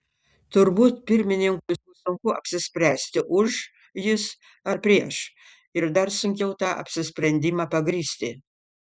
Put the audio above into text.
turbūt pirmininkui sunku apsispręsti už jis ar prieš ir dar sunkiau tą apsisprendimą pagrįsti